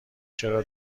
چرا